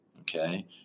Okay